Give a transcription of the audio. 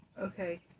okay